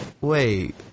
wait